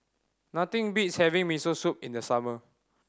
nothing beats having Miso Soup in the summer